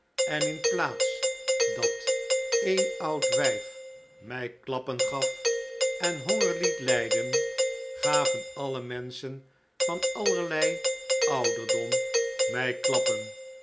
en in plaats dat een oud wijf mij klappen gaf en honger liet hjden gaven alle menschen van allerlei ouderdom mij klappen